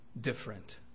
different